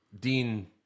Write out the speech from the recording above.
Dean